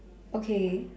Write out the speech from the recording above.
okay